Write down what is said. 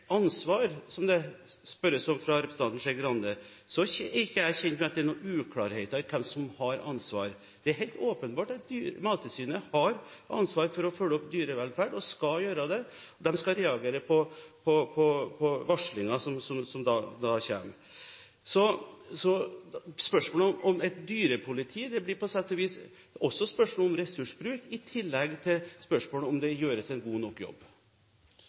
ansvar, som representanten Skei Grande spør om, er ikke jeg kjent med at det er noen uklarheter når det gjelder hvem som har ansvar. Det er helt åpenbart at Mattilsynet har ansvaret for å følge opp dyrevelferd. Det skal de gjøre, og de skal reagere på varsling som kommer. Så spørsmålet om et dyrepoliti blir på sett og vis også et spørsmål om ressursbruk – i tillegg til spørsmålet om det gjøres en god nok jobb.